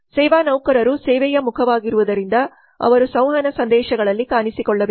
ಸೇವಾ ನೌಕರರು ಸೇವೆಯ ಮುಖವಾಗಿರುವುದರಿಂದ ಅವರು ಸಂವಹನ ಸಂದೇಶಗಳಲ್ಲಿ ಕಾಣಿಸಿಕೊಳ್ಳಬೇಕು